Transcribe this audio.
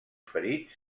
ferits